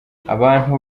abantu